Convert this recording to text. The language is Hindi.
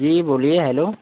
जी बोलिए हेलो